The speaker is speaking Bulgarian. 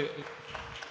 от